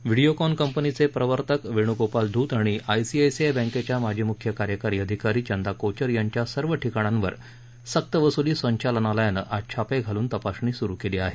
व्हिडिओकॉन कंपनीचे प्रवर्तक वेण्गोपाल ध्त आणि आयसीआयसीआय बँकेच्या माजी मुख्य कार्यकारी अधिकारी चंदा कोचर यांच्या सर्व ठिकाणांवर सक्तवसुली संचालनालयानं आज छापे घालून तपासणी सुरू केली आहे